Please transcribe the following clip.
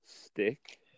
stick